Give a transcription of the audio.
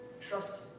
Trust